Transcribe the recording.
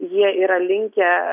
jie yra linkę